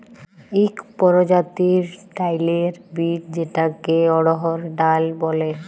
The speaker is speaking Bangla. ইক পরজাতির ডাইলের বীজ যেটাকে অড়হর ডাল ব্যলে